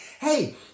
hey